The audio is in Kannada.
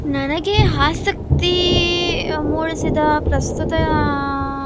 ನನಗೆ ಆಸಕ್ತಿ ಮೂಡಿಸಿದ ಪ್ರಸ್ತುತ